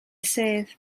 sedd